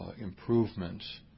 improvements